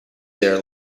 their